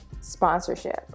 sponsorship